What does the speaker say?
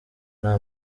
nta